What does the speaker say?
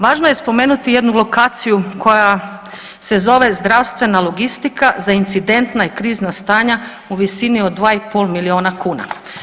Važno je spomenuti jednu lokaciju koja se zove zdravstvena logistika za incidentna i krizna stanja u visini od 2 i pol milijuna kuna.